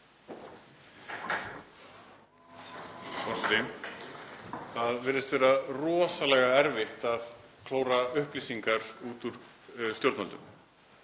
Það virðist vera rosalega erfitt að klóra upplýsingar út úr stjórnvöldum.